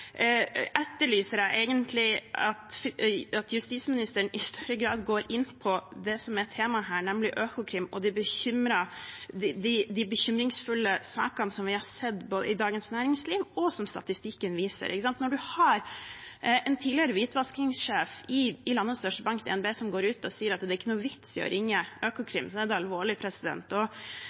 etterlyser jeg at justisministeren i større grad går inn på det som er temaet her, nemlig Økokrim og de bekymringsfulle sakene som vi har sett i Dagens Næringsliv, og som statistikken viser. Når vi har en tidligere hvitvaskingssjef i landets største bank, DNB, som går ut og sier at det ikke er noen vits i å ringe Økokrim, er det alvorlig.